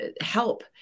help